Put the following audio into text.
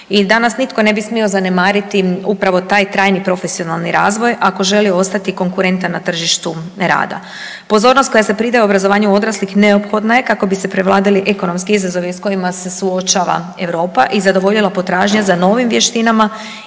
I danas nitko ne bi smio zanemariti upravo taj trajni profesionalni razvoj ako želi ostati konkurentan na tržištu rada. Pozornost koja se pridaje obrazovanju odraslih neophodna je kako bi se prevladali ekonomski izazovi s kojima se suočava Europa i zadovoljila potražnja za novim vještinama